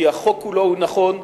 כי החוק כולו הוא נכון,